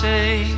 say